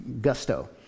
gusto